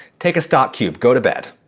take a stock cube. go to bed.